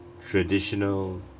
traditional